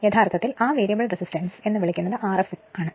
യഥാർത്ഥത്തിൽ ആ variable resistance എന്ന് വിളിക്കുന്നത് Rf ആണ്